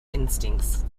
instincts